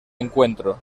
encuentro